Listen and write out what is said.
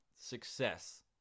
success